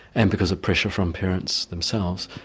and because of pressure from parents themselves,